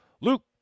Luke